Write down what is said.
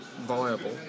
viable